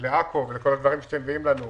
ולעכו ולכל הדברים שאתם מביאים לנו,